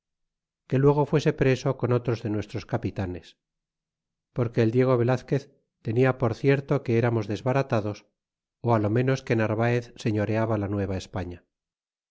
que luego fuese preso con otros de nuestros capitanes porque el diego velazquez tenia por cierto que eramos desbaratados ó lo ménos que narvaez señoreaba la